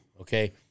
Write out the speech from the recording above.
okay